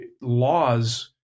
laws